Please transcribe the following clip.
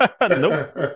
Nope